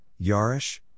Yarish